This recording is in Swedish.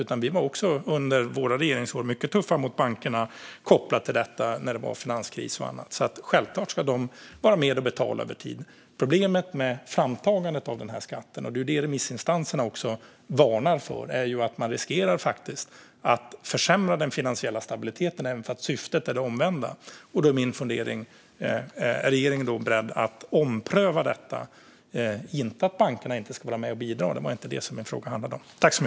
Under våra regeringsår var vi också mycket tuffa mot bankerna kopplat till finanskris och annat. Självklart ska de vara med och betala över tid. Problemet med framtagandet av den här skatten, och det är det remissinstanserna också varnar för, är att man faktiskt riskerar att försämra den finansiella stabiliteten även om syftet är det omvända. Då är min fundering: Är regeringen beredd att ompröva detta? Det handlar inte om att bankerna inte ska vara med och bidra; det var inte det min fråga handlade om.